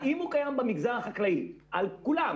האם הוא קיים במגזר החקלאי על כולם,